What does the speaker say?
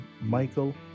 Michael